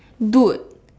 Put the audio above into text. dude